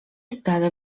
stale